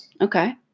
Okay